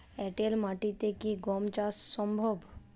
এঁটেল মাটিতে কি গম চাষ সম্ভব?